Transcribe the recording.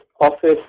office